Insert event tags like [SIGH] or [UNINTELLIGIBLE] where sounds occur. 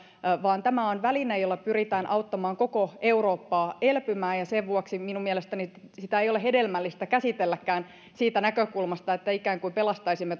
vaan tämä on väline jolla pyritään auttamaan koko eurooppaa elpymään ja sen vuoksi minun mielestäni sitä ei ole hedelmällistä käsitelläkään siitä näkökulmasta että ikään kuin pelastaisimme [UNINTELLIGIBLE]